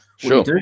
sure